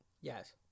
yes